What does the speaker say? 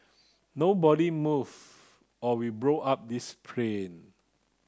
nobody move or we blow up this plane